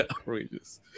outrageous